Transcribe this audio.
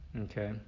okay